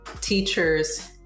teachers